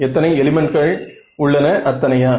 எத்தனை எலிமெண்ட்கள் உள்ளன அத்தனையா